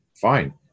fine